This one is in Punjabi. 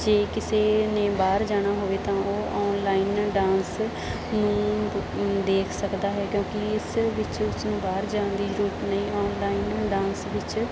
ਜੇ ਕਿਸੇ ਨੇ ਬਾਹਰ ਜਾਣਾ ਹੋਵੇ ਤਾਂ ਉਹ ਔਨਲਾਈਨ ਡਾਂਸ ਨੂੰ ਦੇਖ ਸਕਦਾ ਹੈ ਕਿਉਂਕਿ ਇਸ ਵਿੱਚ ਉਸਨੂੰ ਬਾਹਰ ਜਾਣ ਦੀ ਜ਼ਰੂਰਤ ਨਹੀਂ ਔਨਲਾਈਨ ਡਾਂਸ ਵਿੱਚ